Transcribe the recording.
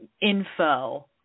info